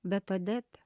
bet odeta